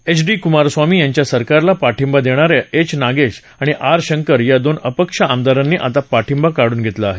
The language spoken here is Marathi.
एच डी कुमारस्वामी यांच्या सरकारला पाठिंबा देणा या एच नागेश आणि आर शंकर या दोन अपक्ष आमदारांनी आता पाठिंबा काढून घेतला आहे